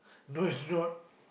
no it's not